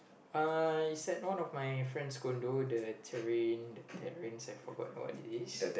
uh it's at one of my friend's condo the terrain te~ I forgot what it is